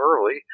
early